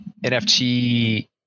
nft